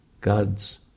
God's